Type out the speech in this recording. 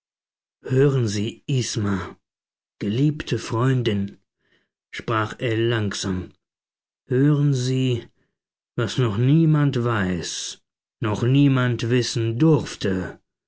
hören sie isma geliebte freundin sprach ell langsam hören sie was noch niemand weiß noch niemand wissen durfte